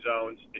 zones